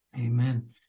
Amen